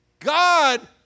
God